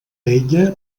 ella